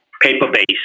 paper-based